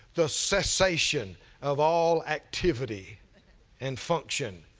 the cessation of all activity and function.